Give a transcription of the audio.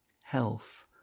Health